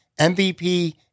MVP